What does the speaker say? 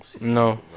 No